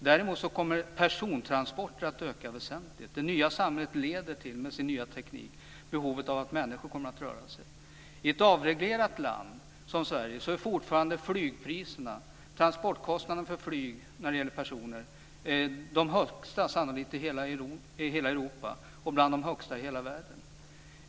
Däremot kommer persontransporterna att öka väsentligt. Det nya samhället med sin nya teknik leder till ett behov för människor att röra sig. I ett avreglerat land som Sverige är transportkostnaderna för flyg för människor fortfarande sannolikt de högsta i hela Europa och bland de högsta i hela världen.